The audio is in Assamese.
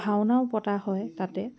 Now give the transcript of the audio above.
ভাওনাও পতা হয় তাতে